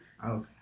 Okay